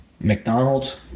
mcdonald's